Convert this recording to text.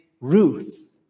Ruth